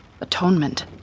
atonement